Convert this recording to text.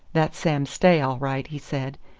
that's sam stay all right, he said,